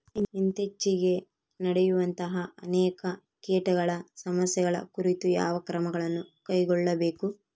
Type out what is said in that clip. ಇತ್ತೇಚಿಗೆ ನಡೆಯುವಂತಹ ಅನೇಕ ಕೇಟಗಳ ಸಮಸ್ಯೆಗಳ ಕುರಿತು ಯಾವ ಕ್ರಮಗಳನ್ನು ಕೈಗೊಳ್ಳಬೇಕು?